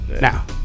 Now